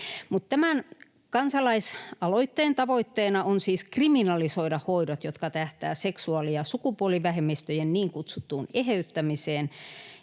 Tämän kansalaisaloitteen tavoitteena on siis kriminalisoida hoidot, jotka tähtäävät seksuaali- ja sukupuolivähemmistöjen niin kutsuttuun eheyttämiseen